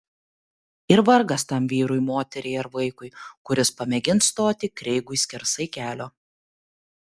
ir vargas tam vyrui moteriai ar vaikui kuris pamėgins stoti kreigui skersai kelio